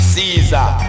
Caesar